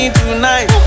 tonight